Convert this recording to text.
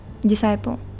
disciple